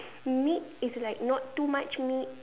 meat is like not too much meat